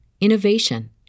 innovation